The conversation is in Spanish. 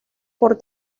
por